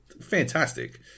fantastic